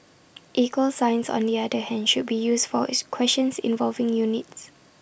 equal signs on the other hand should be used for as questions involving units